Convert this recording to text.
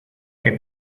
que